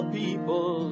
people